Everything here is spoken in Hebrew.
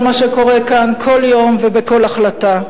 כל מה שקורה כאן כל יום ובכל החלטה.